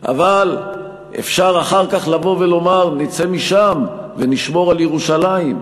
אבל אפשר אחר כך לבוא ולומר: נצא משם ונשמור על ירושלים,